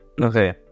Okay